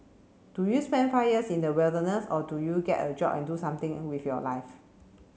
do you spend five years in the wilderness or do you get a job and do something with your life